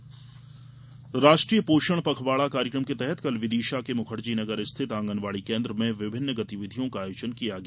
पोषण पखवाडा राष्ट्रीय पोषण पखवाडा कार्यक्रम के तहत कल विदिशा के मुखर्जीनगर स्थित आंगनबाडी केन्द्र में विभिन्न गतिविधियों का आयोजन किया गया